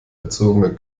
erzogene